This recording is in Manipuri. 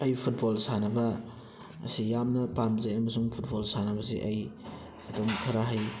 ꯑꯩ ꯐꯨꯠꯕꯣꯜ ꯁꯥꯟꯅꯕ ꯑꯁꯤ ꯌꯥꯝꯅ ꯄꯥꯝꯖꯩ ꯑꯃꯁꯨꯡ ꯐꯨꯠꯕꯣꯜ ꯁꯥꯟꯅꯕꯁꯤ ꯑꯩ ꯑꯗꯨꯝ ꯈꯔ ꯍꯩ